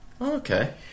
Okay